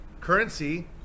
currency